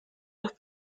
los